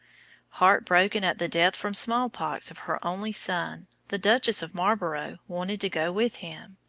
heart-broken at the death from smallpox of her only son, the duchess of marlborough wanted to go with him.